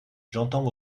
j’entends